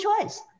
choice